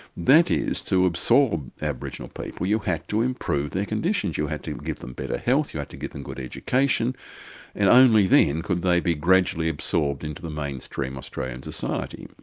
that is, to absorb aboriginal people you have to improve their conditions, you have to give them better health, you have to give them good education and only then could they be gradually absorbed into the mainstream australian society,